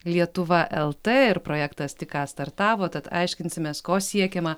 lietuva lt ir projektas tik ką startavo tad aiškinsimės ko siekiama